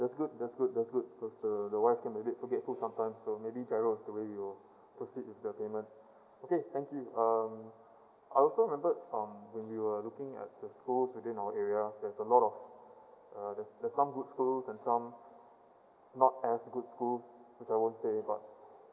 that's good that's good that's good cause the the wife can may be forgetful sometimes so maybe GIRO is the way we'll proceed with the payment okay thank you um I also remembered from when you were looking at the schools within our area there's a lot of uh there's there's some good schools and some not as good schools which I won't to say but